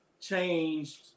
changed